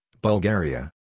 Bulgaria